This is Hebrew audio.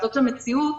זו המציאות,